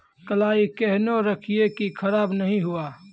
कलाई केहनो रखिए की खराब नहीं हुआ?